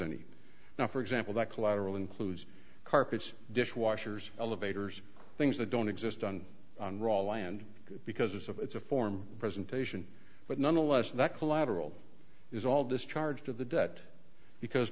any now for example that collateral includes carpets dishwashers elevators things that don't exist done on raw land because of it's a form presentation but nonetheless that collateral is all discharged of the debt because